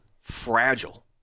fragile